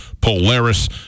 Polaris